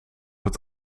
het